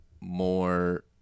more